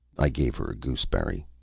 i gave her a gooseberry.